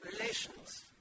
relations